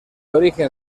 origen